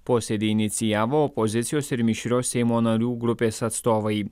posėdį inicijavo opozicijos ir mišrios seimo narių grupės atstovai